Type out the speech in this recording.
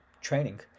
training